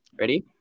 Ready